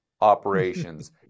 operations